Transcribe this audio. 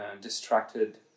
distracted